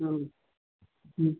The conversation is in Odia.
ହୁଁ ହୁଁ